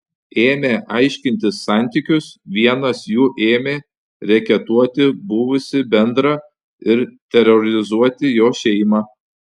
ėmę aiškintis santykius vienas jų ėmė reketuoti buvusį bendrą ir terorizuoti jo šeimą